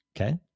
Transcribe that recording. Okay